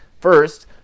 first